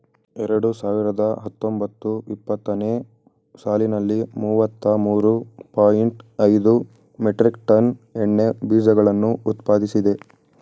ಎರಡು ಸಾವಿರದ ಹತ್ತೊಂಬತ್ತು ಇಪ್ಪತ್ತನೇ ಸಾಲಿನಲ್ಲಿ ಮೂವತ್ತ ಮೂರು ಪಾಯಿಂಟ್ ಐದು ಮೆಟ್ರಿಕ್ ಟನ್ ಎಣ್ಣೆ ಬೀಜಗಳನ್ನು ಉತ್ಪಾದಿಸಿದೆ